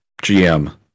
GM